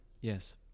Yes